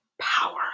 power